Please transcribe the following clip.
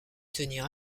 tenir